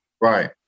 Right